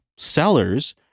sellers